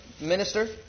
minister